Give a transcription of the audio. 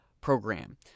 program